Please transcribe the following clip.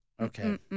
Okay